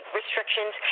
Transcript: restrictions